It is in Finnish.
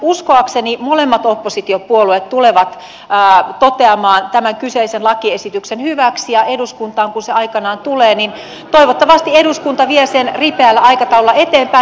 uskoakseni molemmat oppositiopuolueet tulevat toteamaan tämän kyseisen lakiesityksen hyväksi ja kun se eduskuntaan aikanaan tulee niin toivottavasti eduskunta vie sen ripeällä aikataululla eteenpäin